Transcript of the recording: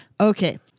Okay